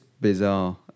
bizarre